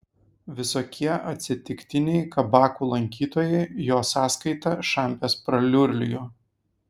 visokie atsitiktiniai kabakų lankytojai jo sąskaita šampės praliurlijo